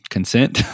Consent